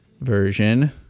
version